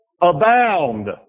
abound